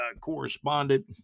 correspondent